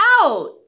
out